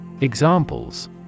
Examples